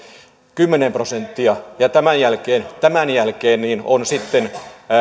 kymmenen prosenttia ja tämän jälkeen tämän jälkeen sitten